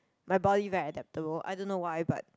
my body very adapted lor I don't know why but